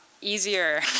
easier